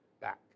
back